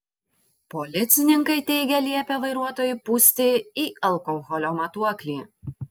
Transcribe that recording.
policininkai teigia liepę vairuotojui pūsti į alkoholio matuoklį